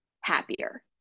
happier